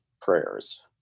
prayers